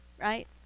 right